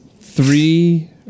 three